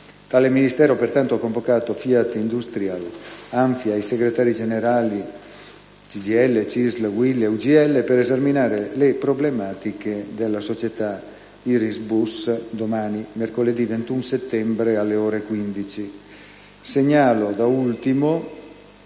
Tale Ministero, pertanto, ha convocato FIAT Industrial, ANFIA e i segretari generali di CGIL, CISL, UIL e UGL per esaminare le problematiche della società Irisbus domani, mercoledì 21 settembre, alle ore 15. Segnalo, da ultimo,